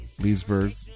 Leesburg